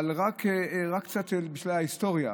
אבל רק קצת בשביל ההיסטוריה.